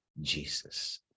Jesus